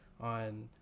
on